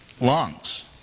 lungs